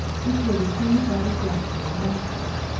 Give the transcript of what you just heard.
which were decreed by the gratitude of antioch.